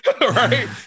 Right